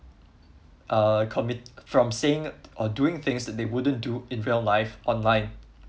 uh commit from saying or doing things that they wouldn't do in real life online